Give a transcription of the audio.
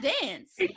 Dance